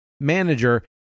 manager